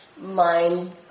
mind